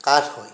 কাঠ হয়